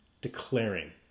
declaring